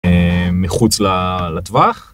מחוץ לטווח.